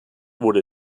wurde